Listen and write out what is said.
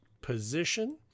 position